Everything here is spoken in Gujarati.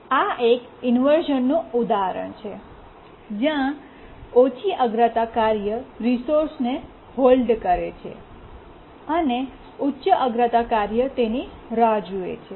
આ એક ઇન્વર્શ઼નનું ઉદાહરણ છે જ્યાં ઓછી અગ્રતા કાર્ય રિસોર્સને હોલ્ડ કરે છે અને ઉચ્ચ અગ્રતા કાર્ય તેની રાહ જુએ છે